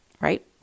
Right